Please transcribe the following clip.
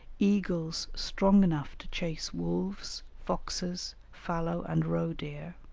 eagles strong enough to chase wolves, foxes, fallow and roe-deer,